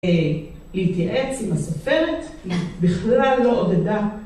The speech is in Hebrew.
‫להתייעץ עם הסופרת, ‫היא בכלל לא עודדה